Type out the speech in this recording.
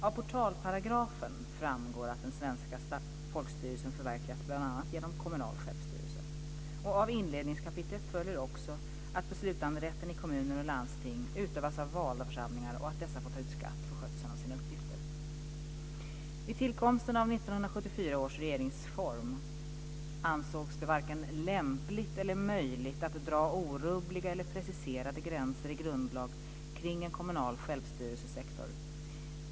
Av portalparagrafen framgår att den svenska folkstyrelsen förverkligas bl.a. genom kommunal självstyrelse. Av inledningskapitlet följer också att beslutanderätten i kommuner och landsting utövas av valda församlingar och att dessa får ta ut skatt för skötseln av sina uppgifter. Vid tillkomsten av 1974 års regeringsform ansågs det varken lämpligt eller möjligt att dra orubbliga eller preciserade gränser i grundlag kring en kommunal självstyrelsesektor.